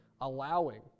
allowing